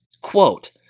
Quote